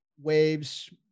waves